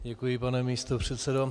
Děkuji, pane místopředsedo.